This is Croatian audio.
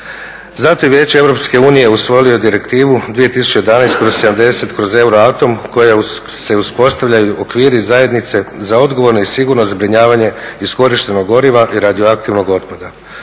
Zato je Vijeće EU usvojilo Direktivu 2011/70/Euratom kojom se uspostavljaju okviri zajednice za odgovorno i sigurno zbrinjavanje iskorištenog goriva i radioaktivnog otpada.